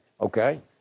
Okay